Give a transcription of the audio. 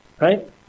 right